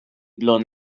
blown